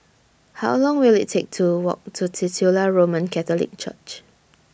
How Long Will IT Take to Walk to Titular Roman Catholic Church